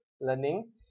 learning